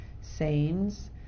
sayings